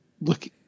Look